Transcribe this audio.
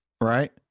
right